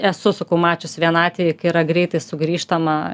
esu sakau mačius vieną atvejį yra greitai sugrįžtama